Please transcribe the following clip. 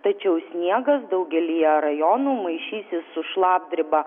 tačiau sniegas daugelyje rajonų maišysis su šlapdriba